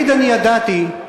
אדוני היושב-ראש,